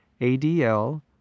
ADL